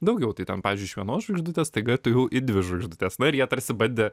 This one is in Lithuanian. daugiau tai ten pavyzdžiui iš vienos žvaigždutės staiga tu į dvi žvaigždutes na ir jie tarsi bandė